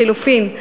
לחלופין,